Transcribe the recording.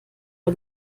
vor